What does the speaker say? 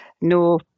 No